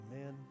Amen